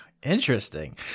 interesting